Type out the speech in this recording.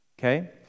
Okay